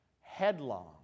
headlong